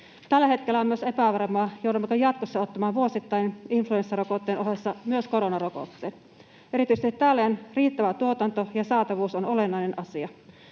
Tällä hetkellä on myös epävarmaa, joudummeko jatkossa ottamaan vuosittain influenssarokotteen ohessa myös koronarokotteen. Erityisesti tällöin riittävä tuotanto ja saatavuus on olennainen asia.